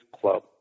Club